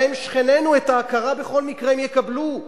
הרי הם שכנינו, ואת ההכרה בכל מקרה הם יקבלו.